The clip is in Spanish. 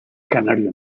canario